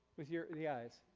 with yeah the eyes?